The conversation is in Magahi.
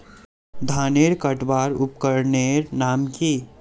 धानेर कटवार उपकरनेर नाम की?